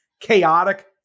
chaotic